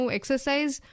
exercise